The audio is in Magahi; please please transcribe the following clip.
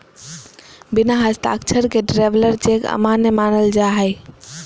बिना हस्ताक्षर के ट्रैवलर चेक अमान्य मानल जा हय